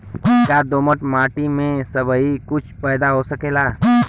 का दोमट माटी में सबही कुछ पैदा हो सकेला?